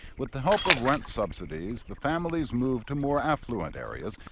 with the help of rent subsidies, the families move to more affluent areas,